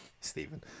Stephen